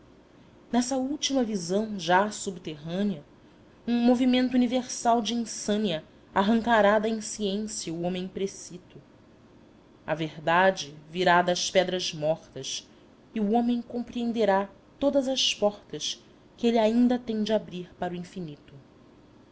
nessa última visão já subterrânea um movimento universal de insânia arrancará da insciência o homem precito a verdade virá das pedras mortas e o homem compreenderá todas as portas que ele ainda tem de abrir para o infinito